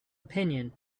opinion